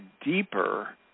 deeper